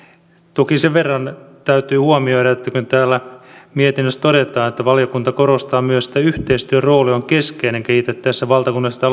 toki sen verran täytyy huomioida että täällä mietinnössä todetaan valiokunta korostaa myös että yhteistyön rooli on keskeinen kehitettäessä valtakunnallisten